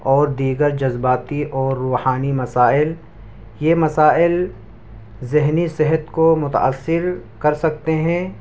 اور دیگر جذباتی اور روحانی مسائل یہ مسائل ذہنی صحت کو متأثر کر سکتے ہیں